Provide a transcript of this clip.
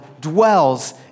dwells